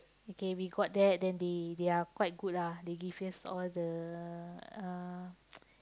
okay we got that then they they are quite good lah they give us all the uh